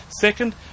Second